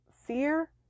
fear